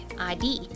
ID